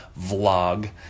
vlog